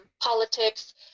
politics